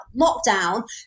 lockdown